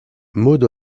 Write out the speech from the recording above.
maud